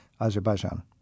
Azerbaijan